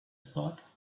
spot